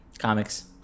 Comics